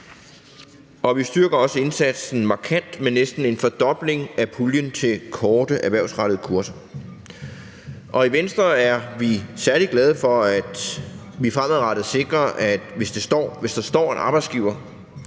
vi styrker også indsatsen markant med næsten en fordobling af puljen til korte erhvervsrettede kurser. I Venstre er vi særlig glade for, at vi fremadrettet sikrer, at hvis der står en arbejdsgiver